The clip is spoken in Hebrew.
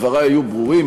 דברי היו ברורים.